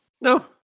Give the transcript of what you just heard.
No